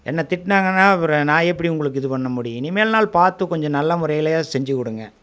என்ன திட்டினாங்கன்னா அப்புறம் நான் எப்படி உங்களுக்கு இது பண்ண முடியும் இனிமேல்னால் பார்த்து கொஞ்சம் நல்ல முறையிலையா செஞ்சுக் கொடுங்க